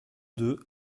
deux